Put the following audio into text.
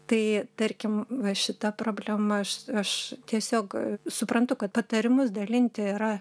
tai tarkim va šita problema aš aš tiesiog suprantu kad patarimus dalinti yra